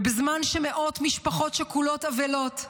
ובזמן שמאות משפחות שכולות אבלות,